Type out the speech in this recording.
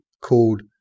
called